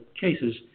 cases